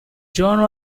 joan